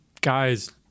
guys